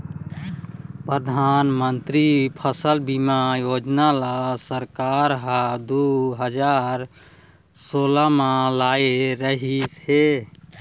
परधानमंतरी फसल बीमा योजना ल सरकार ह दू हजार सोला म लाए रिहिस हे